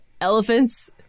elephants